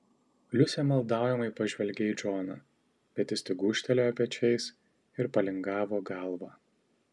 liusė maldaujamai pažvelgė į džoną bet jis tik gūžtelėjo pečiais ir palingavo galvą